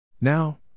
Now